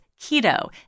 keto